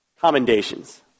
commendations